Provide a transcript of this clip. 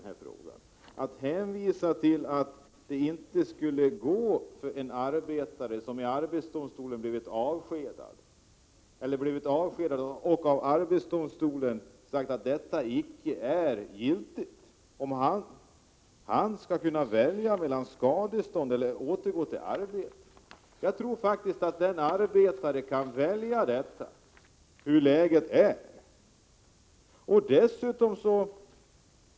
Han hänvisar till att det inte skulle vara möjligt för en arbetare, som har blivit avskedad och av arbetsdomstolen fått veta att detta icke är giltigt, att välja mellan att få skadestånd eller att återgå till arbetet. Jag tror faktiskt att en arbetare kan välja mellan dessa saker och avgöra hur läget är.